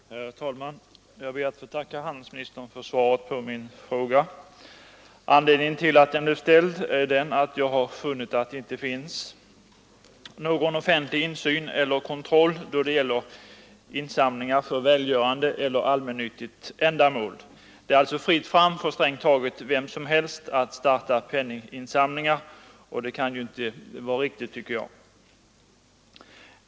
Herr talman! Jag ber att få tacka handelsministern för svaret på min fråga. Anledningen till att den är ställd är att jag funnit att det inte förekommer någon offentlig insyn eller kontroll då det gäller insamlingar för välgörande eller allmännyttigt ändamål. Det är alltså fritt fram för strängt taget vem som helst att starta penninginsamlingar, och det kan ju inte vara riktigt, tycker jag.